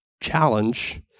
challenge